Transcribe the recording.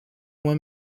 uma